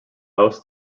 house